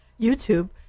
YouTube